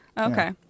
Okay